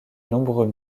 nombreux